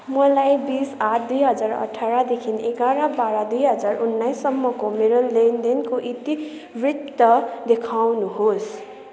मलाई बिस आठ दुई हजार अठारदेखि एघार बाह्र दुई हजार उन्नाइससम्मको मेरो लेनदेनको इतिवृत्त देखाउनुहोस्